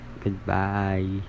Goodbye